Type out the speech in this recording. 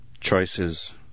Choices